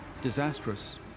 disastrous